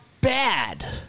bad